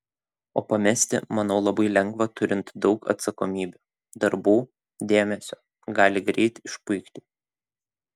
o pamesti manau labai lengva turint daug atsakomybių darbų dėmesio gali greit išpuikti